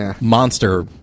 monster